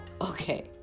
okay